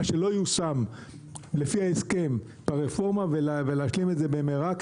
שלא יושם לפי ההסכם ברפורמה ולהשלים את זה במהרה,